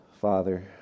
Father